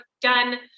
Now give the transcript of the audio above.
done